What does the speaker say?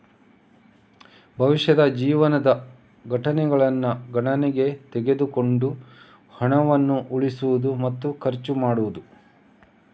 ಭವಿಷ್ಯದ ಜೀವನದ ಘಟನೆಗಳನ್ನ ಗಣನೆಗೆ ತೆಗೆದುಕೊಂಡು ಹಣವನ್ನ ಉಳಿಸುದು ಮತ್ತೆ ಖರ್ಚು ಮಾಡುದು